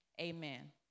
Amen